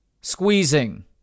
squeezing